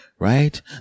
right